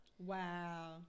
Wow